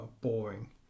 boring